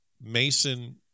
Mason